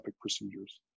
procedures